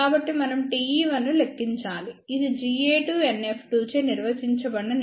కాబట్టి మనం Te1 ను లెక్కించాలి ఇది Ga2NF2 చే నిర్వచించబడిన నెట్వర్క్